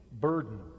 burden